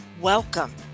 Welcome